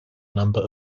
number